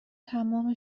تمام